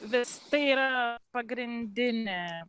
vis tai yra pagrindinė